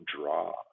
draw